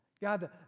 God